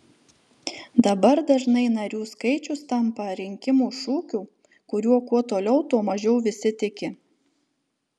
dabar dažnai narių skaičius tampa rinkimų šūkiu kuriuo kuo toliau tuo mažiau visi tiki